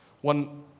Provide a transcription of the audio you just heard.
One